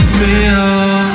real